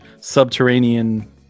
subterranean